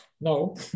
No